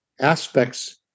aspects